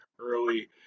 early